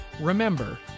remember